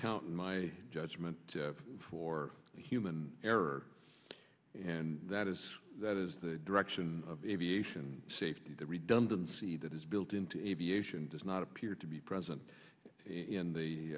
account in my judgment for human error and that is that is the direction of aviation safety the redundancy that is built into aviation does not appear to be present in the